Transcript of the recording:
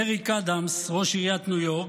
אריק אדמס, ראש עיריית ניו יורק,